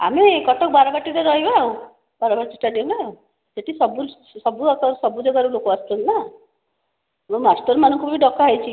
ଆମେ ୟେ କଟକ ବାରବାଟୀରେ ରହିବା ଆଉ ବାରବାଟୀ ଷ୍ଟାଡିୟମ୍ ନା ସେଇଠି ସବୁ ସବୁ ଜାଗାରୁ ଲୋକ ଆସୁଛନ୍ତି ନା ଏଣୁ ମାଷ୍ଟର ମାନଙ୍କୁ ବି ଡ଼କା ହେଇଛି